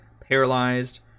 paralyzed